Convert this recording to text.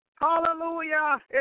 Hallelujah